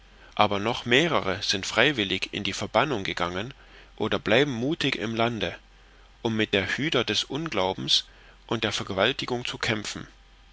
aber noch mehrere sind freiwillig in die verbannung gegangen oder bleiben muthig im lande um mit der hyder des unglaubens und der vergewaltigung zu kämpfen